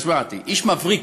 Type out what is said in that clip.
איש מבריק,